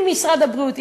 אם משרד הבריאות,